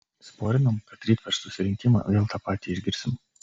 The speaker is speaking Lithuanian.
sporinam kad ryt per susirinkimą vėl tą patį išgirsim